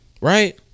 Right